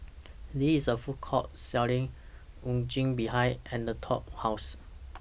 There IS A Food Court Selling Unagi behind Anatole's House